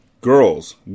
Girls